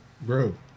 bro